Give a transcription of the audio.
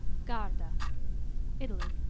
garda italy